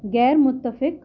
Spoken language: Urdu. غیرمتفق